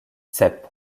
sep